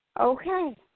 okay